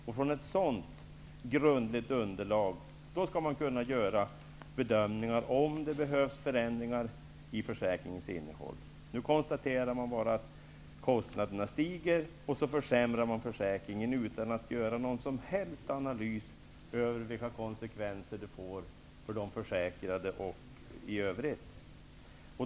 Med ett sådant grundligt underlag skall man kunna göra bedömningar av om det behövs förändringar i försäkringens innehåll. Nu konstaterar man bara att kostnaderna stiger och försämrar försäkringen utan att göra någon som helst analys av vilka konsekvenser det får för de försäkrade och i övrigt.